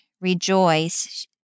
rejoice